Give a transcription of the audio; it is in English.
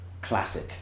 classic